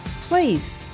Please